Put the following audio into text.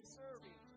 serving